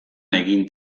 egin